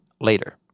later